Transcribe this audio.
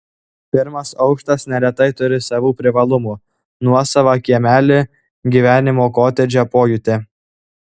pirmas aukštas neretai turi savų privalumų nuosavą kiemelį gyvenimo kotedže pojūtį